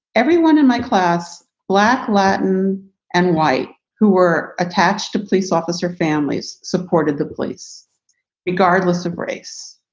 everyone in my class, black, latin and white, who were attached to police officer families supported the police regardless of race.